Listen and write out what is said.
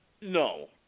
No